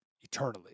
eternally